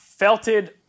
Felted